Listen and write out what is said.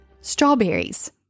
Strawberries